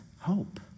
hope